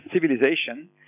civilization